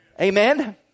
Amen